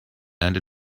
and